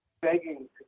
begging